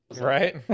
Right